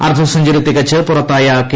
അർദ്ധ സെഞ്ചുറി തികച്ച് പുറത്തായ കെ